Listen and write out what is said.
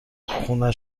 خونه